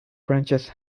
branches